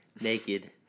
naked